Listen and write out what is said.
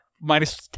Minus